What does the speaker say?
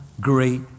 great